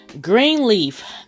Greenleaf